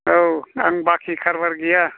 औ आं बाखि खारबार गैया